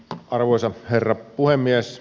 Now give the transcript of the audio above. arvoisa herra puhemies